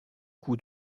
coups